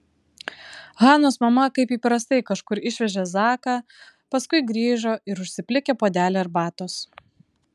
hanos mama kaip įprastai kažkur išvežė zaką paskui grįžo ir užsiplikė puodelį arbatos